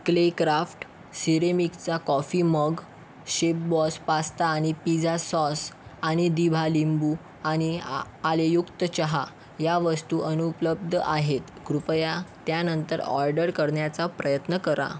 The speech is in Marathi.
क्ले क्राफ्ट सिरेमिकचा कॉफी मग शेपबॉस पास्ता आणि पिझा सॉस आणि दिभा लिंबू आणि आ आलेयुक्त चहा या वस्तू अनुपलब्ध आहेत कृपया त्या नंतर ऑर्डर करण्याचा प्रयत्न करा